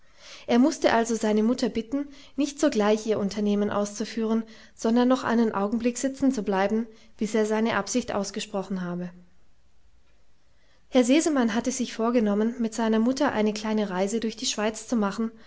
er mußte also seine mutter bitten nicht sogleich ihr unternehmen auszuführen sondern noch einen augenblick sitzen zu bleiben bis er seine absicht ausgesprochen habe herr sesemann hatte sich vorgenommen mit seiner mutter eine kleine reise durch die schweiz zu machen